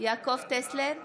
יעקב טסלר,